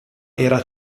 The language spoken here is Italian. era